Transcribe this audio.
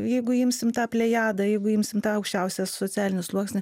jeigu imsim tą plejadą jeigu imsim tą aukščiausią socialinį sluoksnį